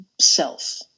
self